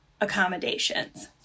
accommodations